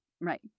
Right